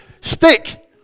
stick